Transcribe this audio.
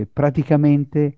praticamente